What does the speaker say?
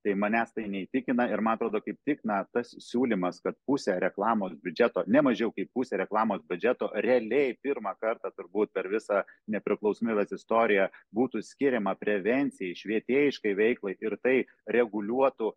tai manęs tai neįtikina ir man atrodo kaip tik na tas siūlymas kad pusė reklamos biudžeto ne mažiau kaip pusė reklamos biudžeto realiai pirmą kartą turbūt per visą nepriklausomybės istoriją būtų skiriama prevencijai švietėjiškai veiklai ir tai reguliuotų